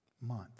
month